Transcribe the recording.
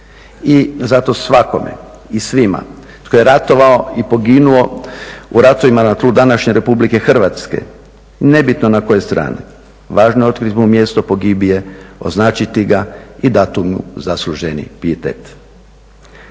I zato svakome i svima tko je ratovao i poginuo u ratovima na tlu današnje RH, nebitno na kojoj strani, važno je otkriti mjesto pogibije, označiti ga i dati mu zasluženi pijetet.